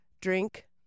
drink